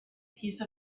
piece